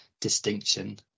distinction